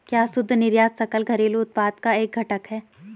क्या शुद्ध निर्यात सकल घरेलू उत्पाद का एक घटक है?